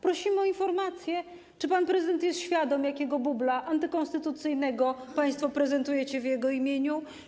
Prosimy o informację, czy pan prezydent jest świadom, jakiego bubla antykonstytucyjnego państwo prezentujecie w jego imieniu.